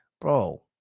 Bro